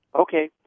Okay